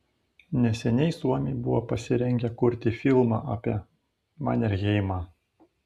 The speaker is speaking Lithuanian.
neseniai suomiai buvo pasirengę kurti filmą apie manerheimą